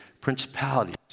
principalities